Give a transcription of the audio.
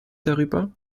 darüber